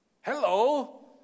Hello